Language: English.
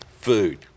Food